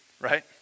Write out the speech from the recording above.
right